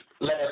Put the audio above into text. last